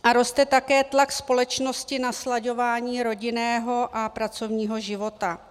A roste také tlak společnosti na slaďování rodinného a pracovního života.